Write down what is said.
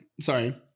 Sorry